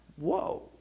whoa